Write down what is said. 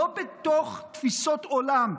לא בתוך תפיסות עולם,